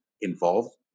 involved